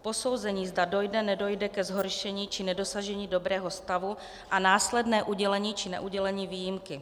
Posouzení, zda dojde, nedojde ke zhoršení či nedosažení dobrého stavu a následné udělení či neudělení výjimky.